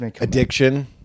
Addiction